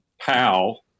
pal